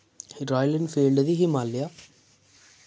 royal Enfield the Himalaya